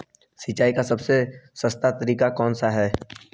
सिंचाई का सबसे सस्ता तरीका कौन सा है?